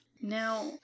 Now-